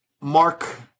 Mark